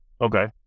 Okay